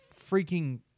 freaking